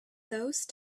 those